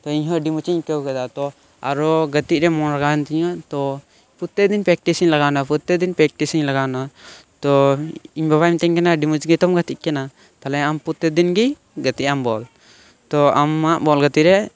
ᱛᱚ ᱤᱧ ᱦᱚᱸ ᱟᱹᱰᱤ ᱢᱚᱸᱡᱽ ᱤᱧ ᱟᱹᱭᱠᱟᱹᱣ ᱠᱮᱫᱟ ᱛᱚ ᱟᱨᱚ ᱜᱟᱛᱮᱜ ᱨᱮ ᱢᱚᱱ ᱞᱟᱜᱟᱣ ᱮᱱᱛᱤᱧᱟᱹ ᱛᱚ ᱯᱨᱚᱛᱛᱮᱠ ᱫᱤᱱ ᱯᱨᱮᱠᱴᱤᱥᱤᱧ ᱞᱟᱜᱟᱣ ᱮᱱᱟ ᱯᱨᱚᱛᱛᱮᱠ ᱫᱤᱱ ᱯᱨᱮᱠᱴᱤᱥᱤᱧ ᱞᱟᱜᱟᱣ ᱮᱱᱟ ᱛᱚ ᱤᱧ ᱵᱟᱵᱟᱭ ᱢᱤᱛᱟᱹᱧ ᱠᱟᱱᱟ ᱟᱹᱰᱤ ᱢᱚᱸᱡᱽ ᱜᱮᱛᱚᱢ ᱜᱟᱛᱮᱜ ᱠᱟᱱᱟ ᱛᱟᱦᱞᱮ ᱟᱢ ᱯᱨᱚᱛᱛᱮᱠ ᱫᱤᱱ ᱜᱮ ᱜᱟᱛᱮᱜ ᱟᱢ ᱵᱚᱞ ᱛᱚ ᱟᱢᱟᱜ ᱵᱚᱞ ᱜᱟᱛᱮᱨᱮ